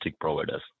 providers